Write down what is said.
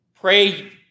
Pray